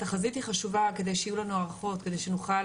התחזית היא חשובה כדי שיהיו לנו הערכות כדי שנוכל